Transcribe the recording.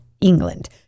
England